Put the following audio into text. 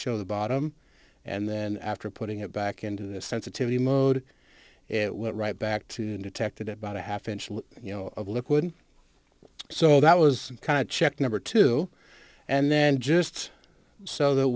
show the bottom and then after putting it back into the sensitivity mode it went right back to detected about a half inch you know of a liquid so that was kind of checked number two and then just so that